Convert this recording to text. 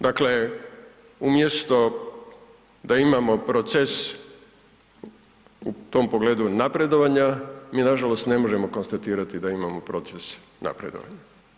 Dakle, umjesto da imamo proces u tom pogledu napredovanja, mi nažalost ne možemo konstatirati da imamo proces napredovanja.